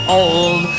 old